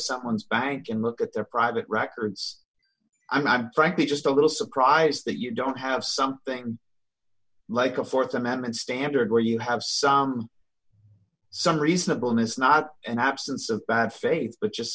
someone's bank and look at their private records i'm frankly just a little surprised that you don't have something like a th amendment standard where you have some some reasonable is not an absence of bad faith but just